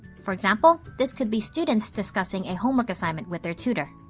for example, this could be students discussing a homework assignment with their tutor.